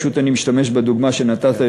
אני פשוט משתמש בדוגמה שנתת,